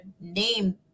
name